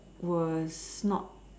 was not